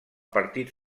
partit